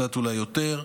אולי קצת יותר,